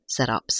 setups